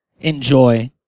enjoy